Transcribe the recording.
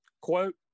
quote